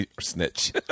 Snitch